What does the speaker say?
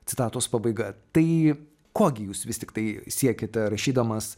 citatos pabaiga tai ko gi jūs vis tiktai siekėte rašydamas